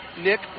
Nick